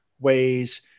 ways